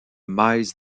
miles